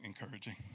encouraging